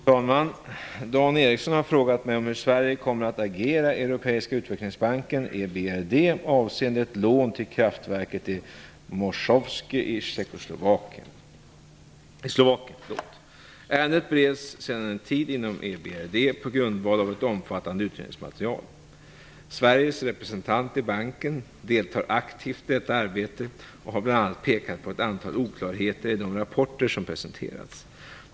Fru talman! Dan Ericsson har frågat mig om hur Sverige kommer att agera i Europeiska utvecklingsbanken avseende ett lån till kraftverket Ärendet bereds sedan en tid inom EBRD på grundval av ett omfattande utredningsmaterial. Sveriges representant i banken deltar aktivt i detta arbete och har bl.a. pekat på ett antal oklarheter i de rapporter som presenterats.